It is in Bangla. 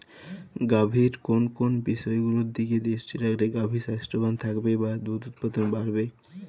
গাভীর কোন কোন বিষয়গুলোর দিকে দৃষ্টি রাখলে গাভী স্বাস্থ্যবান থাকবে বা দুধ উৎপাদন বাড়বে?